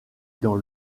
dans